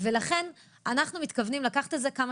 ולכן אנחנו מתכוונים לקחת את זה כמה